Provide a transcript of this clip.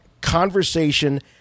conversation